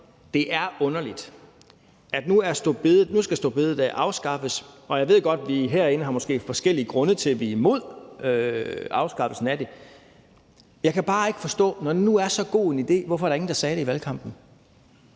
det er underligt. Nu skal store bededag afskaffes, og jeg ved godt, at vi herinde måske har forskellige grunde til, at vi er imod afskaffelsen af det, men jeg kan bare ikke forstå, hvorfor der, når det nu er så god en idé, så ikke var nogen, der sagde det i valgkampen,